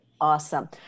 Awesome